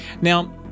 Now